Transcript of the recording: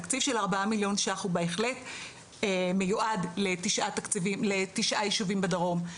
תקציב של 4 מיליון ₪ הוא בהחלט מיועד לתשעה יישובים בדרום,